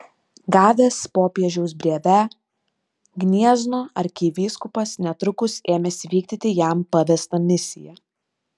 gavęs popiežiaus brevę gniezno arkivyskupas netrukus ėmėsi vykdyti jam pavestą misiją